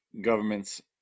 governments